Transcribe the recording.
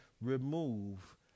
remove